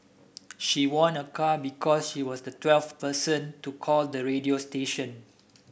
she won a car because she was the twelfth person to call the radio station